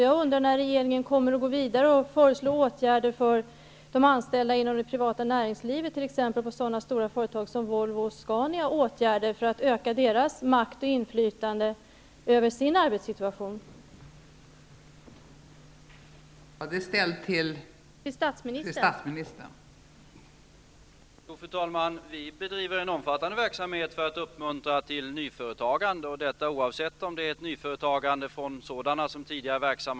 Jag undrar när regeringen kommer att gå vidare och föreslå åtgärder för de anställda inom det privata näringslivet, t.ex. på stora företag som Volvo och Scania, för att öka deras makt och inflytande över sin arbetssituation.